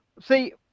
See